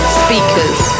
speakers